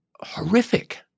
horrific